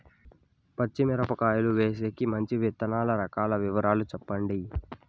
పచ్చి మిరపకాయలు వేసేకి మంచి విత్తనాలు రకాల వివరాలు చెప్పండి?